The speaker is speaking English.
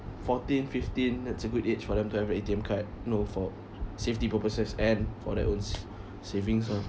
fourteen fifteen that's a good age for them to have a A_T_M card know for safety purposes and for their own s~ savings all